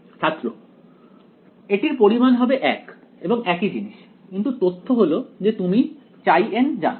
ছাত্র এটির পরিমাণ হবে 1 এবং একই জিনিস কিন্তু তথ্য হলো যে তুমি χn জানো